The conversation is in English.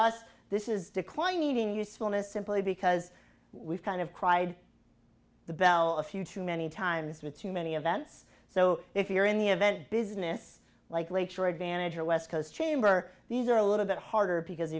us this is decline eating usefulness simply because we've kind of cried the bell a few too many times with too many of ends so if you're in the event business like lake shore advantage or west coast chamber these are a little bit harder because